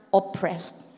oppressed